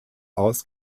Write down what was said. aus